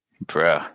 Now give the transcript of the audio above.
bro